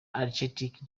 architect